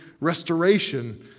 restoration